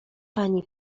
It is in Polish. pani